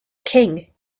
king